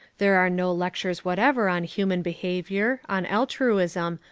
there are no lectures whatever on human behaviour, on altruism,